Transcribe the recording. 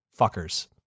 fuckers